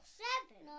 seven